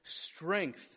strength